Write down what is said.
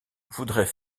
voudrait